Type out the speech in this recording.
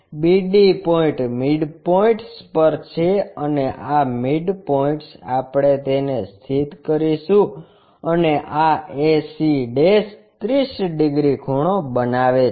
BD point midpoints પર છે અને આ મિડપોઇન્ટ્સ આપણે તેને સ્થિત કરીશું અને આ ac 30 ડિગ્રી ખૂણો બનાવે છે